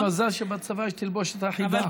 אני אומר: יש מזל שבצבא יש תלבושת אחידה.